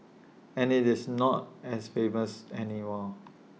and IT is not as famous anymore